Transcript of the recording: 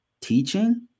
teaching